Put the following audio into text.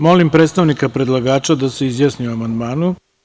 Molim predstavnika predlagača da se izjasni o amandmanu.